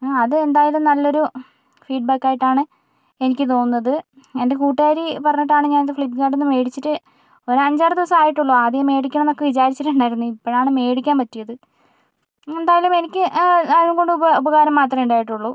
അതെന്തായാലും നല്ലൊരു ഫീഡ്ബാക്കായിട്ടാണ് എനിക്ക് തോന്നുന്നത് എന്റെ കൂട്ടുകാരി പറഞ്ഞിട്ടാണ് ഞാൻ ഇത് ഫ്ലിപ്ക്കാർട്ടിന്ന് മേടിച്ചിട്ട് ഒരു അഞ്ച് ആറ് ദിവസം ആയിട്ടുള്ളൂ ആദ്യം മേടിക്കണമെന്നൊക്കെ വിചാരിച്ചിട്ടുണ്ടായിരുന്നു ഇപ്പോഴാണ് മേടിക്കാൻ പറ്റിയത് എന്തായാലും എനിക്ക് അതുകൊണ്ട് ഉപകാരം മാത്രമേ ഉണ്ടായിട്ടുള്ളൂ